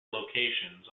locations